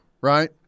right